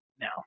now